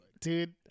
dude